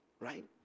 right